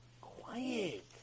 Quiet